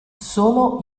sono